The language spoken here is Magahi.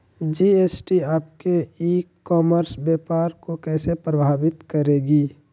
जी.एस.टी आपके ई कॉमर्स व्यापार को कैसे प्रभावित करेगी?